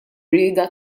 rieda